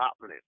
happening